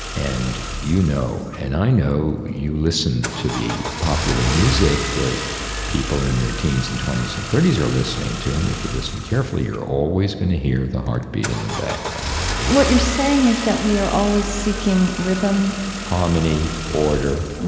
and you know and i know you listen to the popular music that people in their teens and twenty s and thirty s are listening to, and if you listen carefully you're always going to hear the heartbeat in the background what you're saying is that we are always seeking rhythm harmony, order,